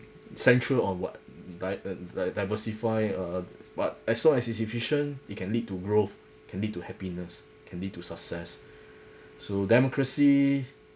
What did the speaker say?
central or what di~ uh di~ diversify uh but as long as it's efficient it can lead to growth can lead to happiness can lead to success so democracy